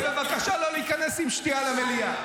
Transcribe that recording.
ובבקשה לא להיכנס עם שתייה למליאה.